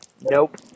Nope